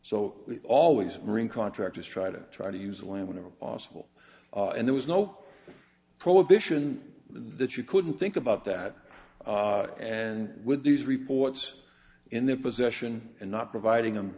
so we always ring contractors try to try to use the land whenever possible and there was no prohibition the you couldn't think about that and with these reports in their possession and not providing them